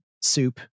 soup